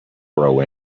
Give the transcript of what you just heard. grow